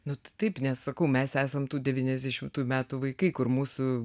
nu tai taip nes sakau mes esam tų devyniasdešimtųjų metų vaikai kur mūsų